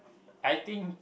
I think